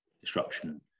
disruption